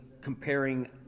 comparing